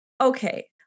okay